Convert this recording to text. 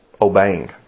obeying